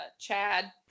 Chad